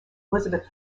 elizabeth